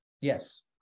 Yes